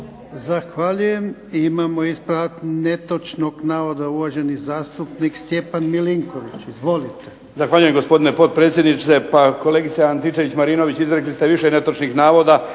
Zahvaljujem. Imamo ispravak netočnog navoda uvaženi zastupnik Stjepan Milinković. Izvolite.